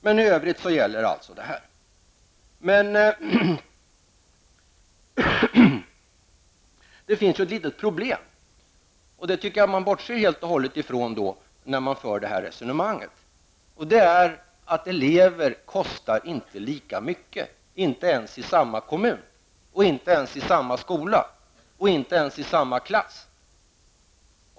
Men i övrigt gäller detta. Det finns ett litet problem, och det tycker jag att man bortser helt och hållet från när man för detta resonemang. Det är att elever inte kostar lika mycket, inte ens i samma kommun, inte ens i samma skola och inte ens i samma klass.